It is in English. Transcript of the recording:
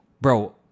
Bro